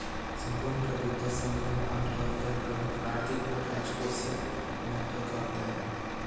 सम्पूर्ण प्रभुत्व संपन्न आमतौर पर प्रमुख आर्थिक और राजकोषीय महत्व का होता है